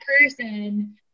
person